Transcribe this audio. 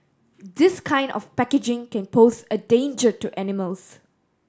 this kind of packaging can pose a danger to animals